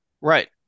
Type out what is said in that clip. Right